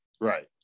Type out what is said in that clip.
right